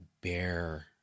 bear